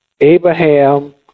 Abraham